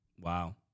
Wow